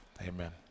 amen